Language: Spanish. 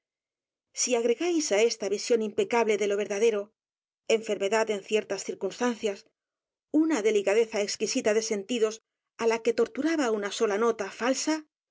e gáis á esta visión impecable de lo verdadero enfermedad en ciertas circunstancias u n a delicadeza exquisita de sentidos á la que torturaba u n a sola nota